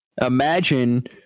Imagine